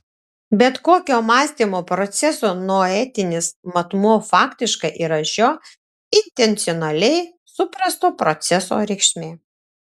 bet kokio mąstymo proceso noetinis matmuo faktiškai yra šio intencionaliai suprasto proceso reikšmė